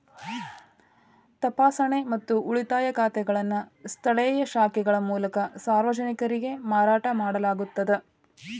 ತಪಾಸಣೆ ಮತ್ತು ಉಳಿತಾಯ ಖಾತೆಗಳನ್ನು ಸ್ಥಳೇಯ ಶಾಖೆಗಳ ಮೂಲಕ ಸಾರ್ವಜನಿಕರಿಗೆ ಮಾರಾಟ ಮಾಡಲಾಗುತ್ತದ